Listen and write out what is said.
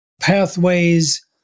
pathways